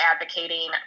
advocating